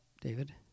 David